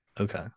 Okay